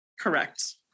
Correct